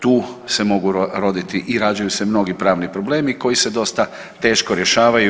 Tu se mogu roditi i rađaju se mnogi pravni problemi koji se dosta teško rješavaju.